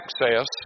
Access